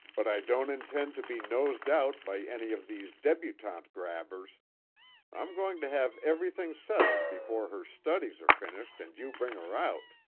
but i don't intend to be nosed out by any of these debutante-grabbers i'm going to have everything settled before her studies are finished and you bring her out.